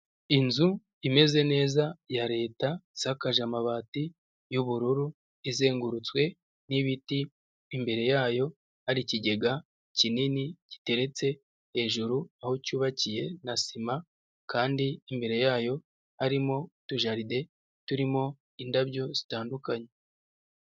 Inzu imeze neza ya leta isakaje amabati y'ubururu, izengurutswe n'ibiti imbere yayo hari ikigega kinini giteretse hejuru aho cyubakiye na sima kandi imbere yayo harimo utu jaride turimo indabyo zitandukanye.